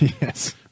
Yes